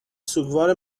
سوگوار